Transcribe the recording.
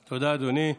תודה, אדוני.